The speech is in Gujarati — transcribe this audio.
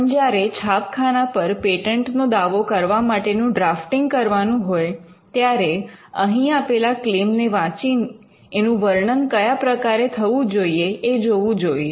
પણ જ્યારે છાપખાના પર પૅટન્ટ નો દાવો કરવા માટેનું ડ્રાફ્ટીંગ કરવાનું હોય ત્યારે અહીં આપેલા ક્લેમ ને વાંચી એનું વર્ણન કયા પ્રકારે થવું જોઈએ એ જોવું જોઈએ